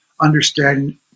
understanding